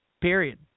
period